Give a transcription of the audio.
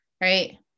Right